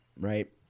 right